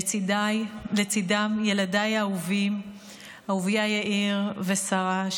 לצידם ילדיי האהובים אהוביה יאיר ושרה,